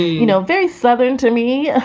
you know, very southern to me.